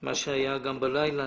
מה שהיה בלילה.